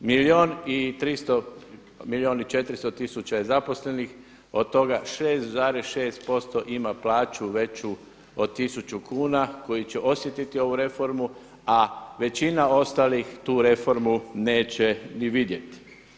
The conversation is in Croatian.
1 milijun i 300, 1 milijun i 400 tisuća je zaposlenih od toga 6,6% ima plaću veću od 1000 kuna koji će osjetiti ovu reformu a većina ostalih tu reformu neće ni vidjeti.